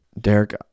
Derek